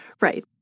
right